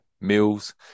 meals